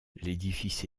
l’édifice